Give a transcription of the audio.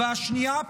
השנייה,